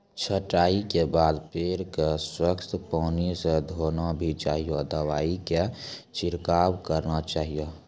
छंटाई के बाद पेड़ क स्वच्छ पानी स धोना भी चाहियो, दवाई के छिड़काव करवाना चाहियो